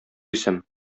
исем